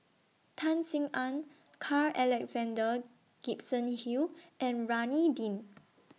Tan Sin Aun Carl Alexander Gibson Hill and Rohani Din